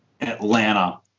Atlanta